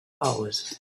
hours